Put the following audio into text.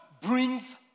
brings